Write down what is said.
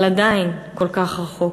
אבל עדיין כל כך רחוק.